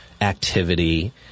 activity